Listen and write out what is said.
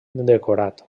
decorat